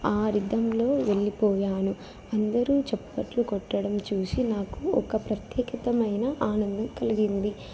ఆ రిధంలో వెళ్ళిపోయాను అందరూ చెప్పట్లు కొట్టడం చూసి నాకు ఒక ప్రత్యేకమైన ఆనందం కలిగింది